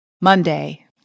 Monday